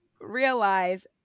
realize